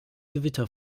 gewitter